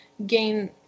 Gain